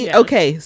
okay